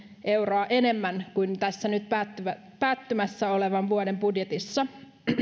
euroa enemmän kuin nyt päättymässä olevan vuoden budjetissa